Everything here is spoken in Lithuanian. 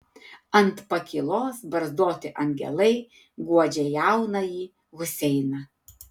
ant pakylos barzdoti angelai guodžia jaunąjį huseiną